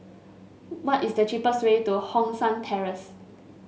what is the cheapest way to Hong San Terrace